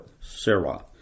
Sarah